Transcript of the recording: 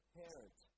parent